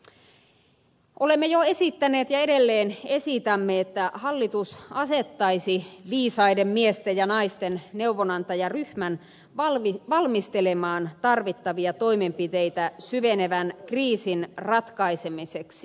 olemme jo esittäneet ja edelleen esitämme että hallitus asettaisi viisaiden miesten ja naisten neuvonantajaryhmän valmistelemaan tarvittavia toimenpiteitä syvenevän kriisin ratkaisemiseksi